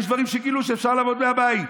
יש דברים שגילו שאפשר לעבוד בהם מהבית.